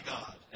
God